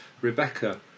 Rebecca